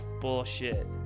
bullshit